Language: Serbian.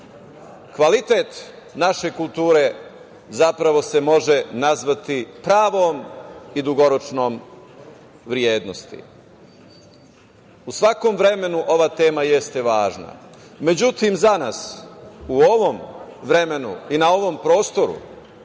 kvalitet naše kulture zapravo se može nazvati pravom i dugoročnom vrednosti.U svakom vremenu ova tema jeste važna. Međutim, za nas u ovom vremenu i na ovom prostoru,